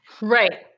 Right